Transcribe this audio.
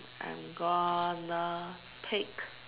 I'm gonna take